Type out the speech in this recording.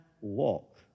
walk